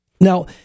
Now